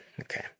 Okay